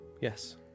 Yes